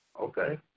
Okay